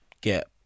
get